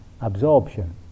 absorption